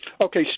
Okay